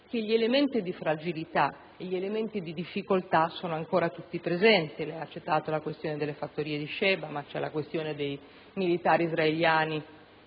che gli elementi di fragilità e di difficoltà sono ancora tutti presenti: lei ha citato la questione delle fattorie di Shebaa, ma c'è anche il problema dei militari israeliani